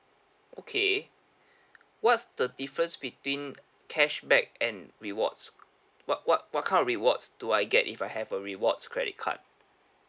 okay what's the difference between cashback and rewards what what what kind of rewards do I get if I have a rewards credit card